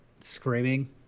Screaming